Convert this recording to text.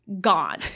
gone